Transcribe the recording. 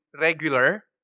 regular